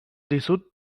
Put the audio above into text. dizut